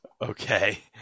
Okay